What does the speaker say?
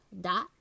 dot